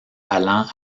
allant